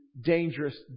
dangerous